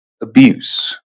Abuse